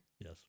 Yes